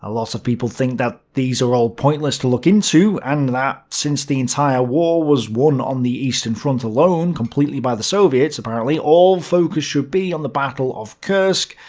a lot of people think that these are all pointless to look into, and that, since the entire war was won on the eastern front alone completely by the soviets, all focus should be on the battle of kursk,